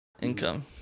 income